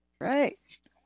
Right